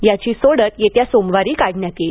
याची सोडत येत्या सोमवारी काढण्यात येईल